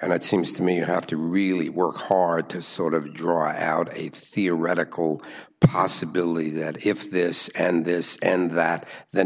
and it seems to me you have to really work hard to sort of dry out a theoretical possibility that if this and this and that then